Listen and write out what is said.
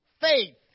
faith